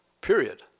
period